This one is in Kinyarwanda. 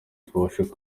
tubafashe